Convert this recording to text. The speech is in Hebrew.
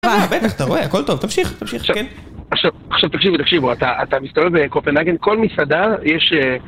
בטח, אתה רואה, הכל טוב, תמשיך, תמשיך, כן? עכשיו, עכשיו, תקשיבו, תקשיבו, אתה מסתובב בקופנהגן, כל מסעדה יש...